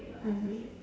mmhmm